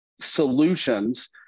solutions